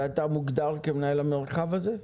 ואתה מוגדר כמנהל המרחב הזה?